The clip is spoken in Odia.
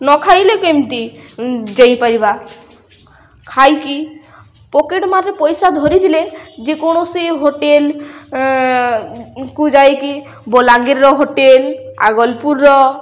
ନ ଖାଇଲେ କେମିତି ଯାଇପାରିବା ଖାଇକି ପକେଟ୍ ମାର୍ରେ ପଇସା ଧରିଥିଲେ ଯେକୌଣସି ହୋଟେଲ୍କୁ ଯାଇକି ବଲାଙ୍ଗୀରର ହୋଟେଲ୍ ଆଗଲପୁରର